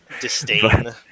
Disdain